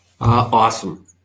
Awesome